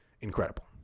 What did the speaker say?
incredible